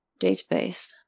database